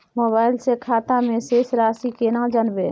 Mobile से खाता में शेस राशि केना जानबे?